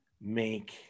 make